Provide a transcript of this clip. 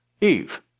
Eve